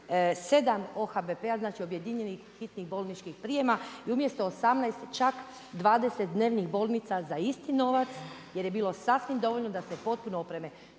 7 OHBP-a znači objedinjenih hitnih bolničkih prijema i umjesto 18 čak 20 dnevnih bolnica za isti novac jer je bilo sasvim dovoljno da se potpuno opreme.